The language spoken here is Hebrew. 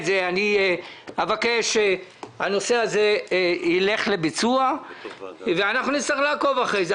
הנושא זה ילך לביצוע ואנחנו נצטרך לעקוב אחרי זה.